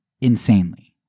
insanely